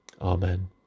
Amen